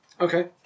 Okay